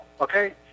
okay